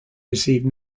received